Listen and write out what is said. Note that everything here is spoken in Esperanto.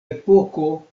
epoko